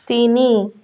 ତିନି